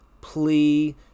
plea